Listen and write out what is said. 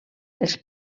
els